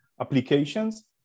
applications